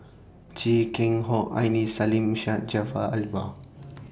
Chia Keng Hock Aini Salim Syed Jaafar Albar